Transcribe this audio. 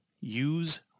Use